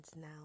now